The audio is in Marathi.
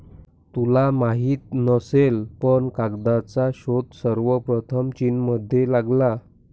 तुला माहित नसेल पण कागदाचा शोध सर्वप्रथम चीनमध्ये लागला